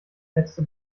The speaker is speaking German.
letzte